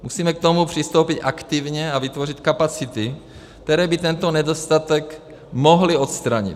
Musíme k tomu přistoupit aktivně a vytvořit kapacity, které by tento nedostatek mohly odstranit.